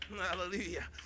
Hallelujah